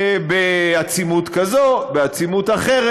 בעצימות כזאת, בעצימות אחרת.